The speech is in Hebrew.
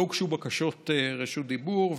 לא הוגשו בקשות רשות דיבור.